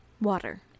water